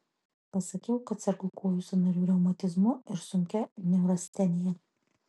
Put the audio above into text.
pasakiau kad sergu kojų sąnarių reumatizmu ir sunkia neurastenija